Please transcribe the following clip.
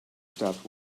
stopped